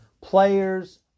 Players